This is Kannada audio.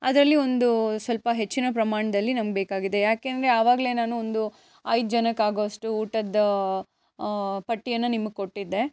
ಅದರಲ್ಲಿ ಒಂದು ಸ್ವಲ್ಪ ಹೆಚ್ಚಿನ ಪ್ರಮಾಣದಲ್ಲಿ ನಮ್ಗೆ ಬೇಕಾಗಿದೆ ಯಾಕೆ ಅಂದರೆ ಅವಾಗಲೇ ನಾನು ಒಂದು ಐದು ಜನಕ್ಕಾಗೋವಷ್ಟು ಊಟದ ಪಟ್ಟಿಯನ್ನು ನಿಮಗೆ ಕೊಟ್ಟಿದ್ದೆ